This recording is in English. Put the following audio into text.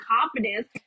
confidence